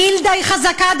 הגילדה חזקה,